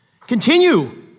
Continue